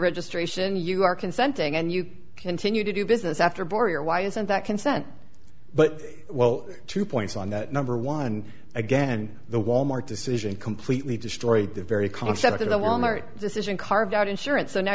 registration you are consenting and you continue to do business after border why isn't that consent but well two points on that number one again the wal mart decision completely destroyed the very concept of the wal mart decision carved out insurance so now